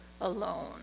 alone